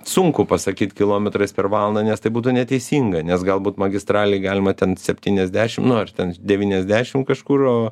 sunku pasakyt kilometrais per valandą nes tai būtų neteisinga nes galbūt magistralėj galima ten septyniasdešim nu ar ten devyniasdešim kažkur o